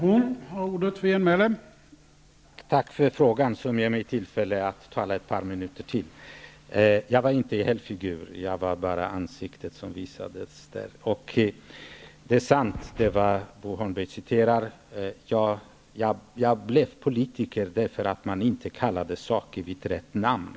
Herr talman! Tack för frågan, som ger mig tillfälle att tala ett par minuter till. Jag var inte avbildad i helfigur, det var bara ansiktet som visades. Det som Bo Holmberg citerade är sant. Jag blev politiker därför att man inte kallade saker vid rätt namn.